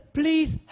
please